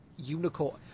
unicorn